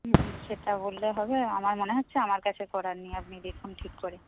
হুম সেটা বললে হবে আমার মনে হচ্ছে আমার কাছে করাননি আপনি দেখুন ঠিক করে